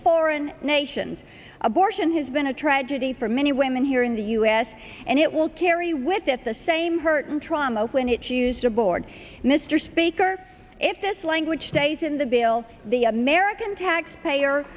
foreign nations abortion has been a tragedy for many women here in the u s and it will carry with at the same hurt and trauma when it's used aboard mr speaker if this language stays in the bill the american taxpayer